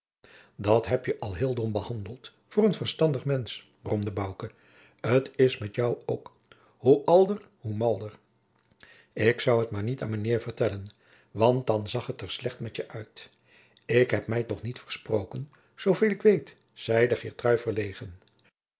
dat heb je al heel dom behandeld voor een verstandig mensch bromde bouke t is met jou ook hoe alder hoe malder ik zou het maar niet aan mijnheer vertellen want dan zag het er slecht met je uit jacob van lennep de pleegzoon ik heb mij toch niet versproken zooveel ik weet zeide